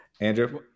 Andrew